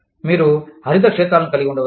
మీరు హరిత క్షేత్రాలను కలిగి ఉండవచ్చు